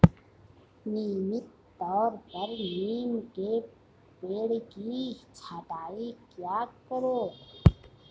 नियमित तौर पर नीम के पेड़ की छटाई किया करो